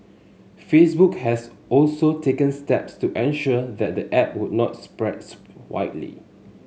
Facebook has also taken steps to ensure that the app would not spreads widely